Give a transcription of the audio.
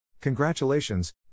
Congratulations